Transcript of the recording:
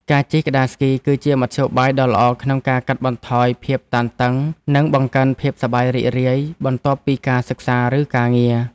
ការជិះក្ដារស្គី គឺជាមធ្យោបាយដ៏ល្អក្នុងការកាត់បន្ថយភាពតានតឹង និងបង្កើនភាពសប្បាយរីករាយបន្ទាប់ពីការសិក្សា ឬការងារ។